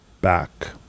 back